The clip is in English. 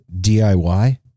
DIY